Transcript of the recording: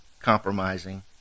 compromising